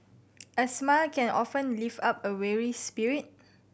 a smile can often lift up a weary spirit